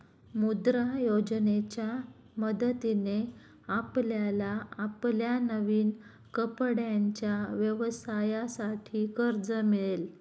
मुद्रा योजनेच्या मदतीने आपल्याला आपल्या नवीन कपड्यांच्या व्यवसायासाठी कर्ज मिळेल